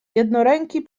jednoręki